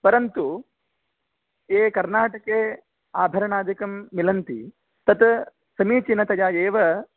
परन्तु ये कर्नाटके आभरणादिकं मिलन्ति तत् समीचीनतया एव